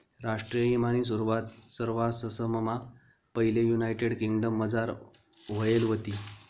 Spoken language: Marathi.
राष्ट्रीय ईमानी सुरवात सरवाससममा पैले युनायटेड किंगडमझार व्हयेल व्हती